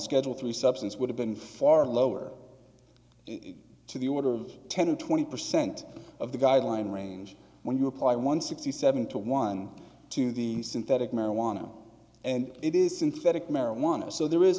schedule three substance would have been far lower to the order of ten or twenty percent of the guideline range when you apply one sixty seven to one to the synthetic marijuana and it is synthetic marijuana so there is